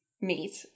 meat